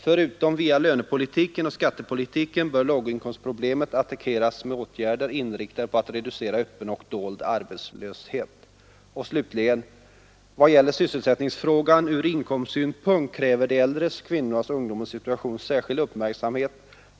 Förutom via lönepolitiken och skattepolitiken bör låginkomstproblemet attackeras med åtgärder inriktade på att reducera öppen och dold arbetslöshet.” Och slutligen: elsättningsfrågan ur inkomstsynpunkt kräver de äldres, kvinnornas och ungdomens situation särskild uppmärksamhet.